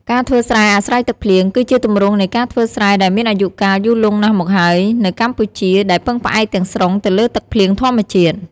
ការធ្វើស្រែអាស្រ័យទឹកភ្លៀង គឺជាទម្រង់នៃការធ្វើស្រែដែលមានអាយុកាលយូរលង់ណាស់មកហើយនៅកម្ពុជា ដែលពឹងផ្អែកទាំងស្រុងទៅលើទឹកភ្លៀងធម្មជាតិ។